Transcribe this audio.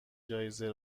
جایزه